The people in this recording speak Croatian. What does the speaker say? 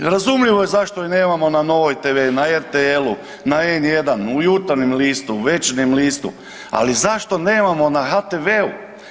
Razumljivo je zašto je nemamo na „Novoj TV“, na „RTL-u“, na „N1“, u „Jutarnjem listu“, u „Večernjem listu“, ali zašto nemamo na HTV-u?